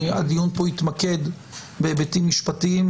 הדיון פה יתמקד בהיבטים משפטיים,